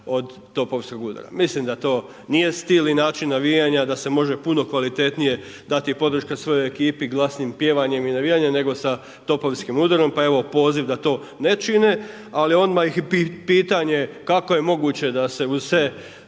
od topovskog udara. Mislim da to nije stil i način navijanja, da se može puno kvalitetnije dati podrška svojoj ekipi glasnim pjevanjem i navijanjem, nego sa topovskim udarom. Pa evo poziv da to ne čine. Ali odmah i pitanje kako je moguće da se uz sve